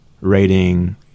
rating